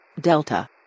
Delta